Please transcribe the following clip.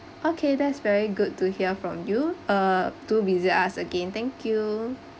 okay that's very good to hear from you uh do visit us again thank you